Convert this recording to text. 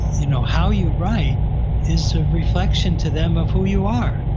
you know, how you write is a reflection to them of who you are.